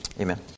Amen